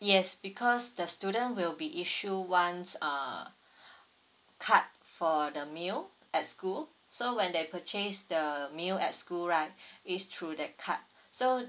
yes because the student will be issue one uh card for the meal at school so when they purchase the meal at school right it's through that card so